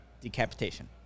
decapitation